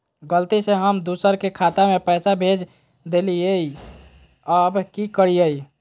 गलती से हम दुसर के खाता में पैसा भेज देलियेई, अब की करियई?